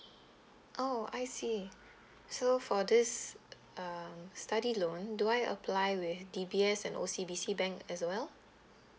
oh I see so for this um study loan do I apply with D_B_S and O_C_B_C bank as well